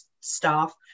staff